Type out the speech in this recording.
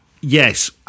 Yes